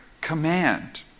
command